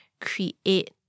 create